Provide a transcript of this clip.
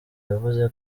yavuze